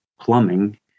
plumbing